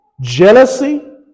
jealousy